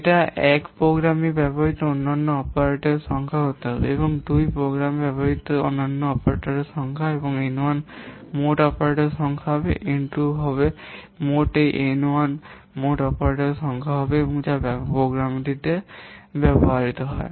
এটা 1 প্রোগ্রামে ব্যবহৃত অনন্য অপারেটরের সংখ্যা হতে হবে এবং 2 প্রোগ্রামে ব্যবহৃত অনন্য অপারেটরের সংখ্যা এবং N 1 মোট অপারেটরের সংখ্যা হবে N 2 মোট এই N 1 মোট অপারেটরের সংখ্যা হবে যা প্রোগ্রামটিতে ব্যবহৃত হয়